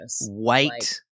white